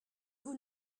vous